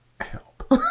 Help